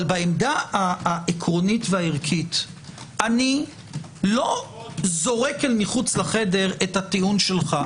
אבל בעמדה העקרונית והערכית אני לא זורק מחוץ לחדר את הטיעון שלך.